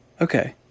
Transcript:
Okay